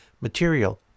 material